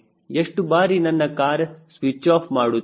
ಎಷ್ಟು ಬಾರಿ ನನ್ನ ಕಾರ್ ಸ್ವಿಚ್ ಆಫ್ ಮಾಡುತ್ತೇನೆ